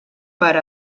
per